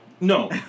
no